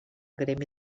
gremi